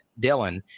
Dylan